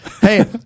Hey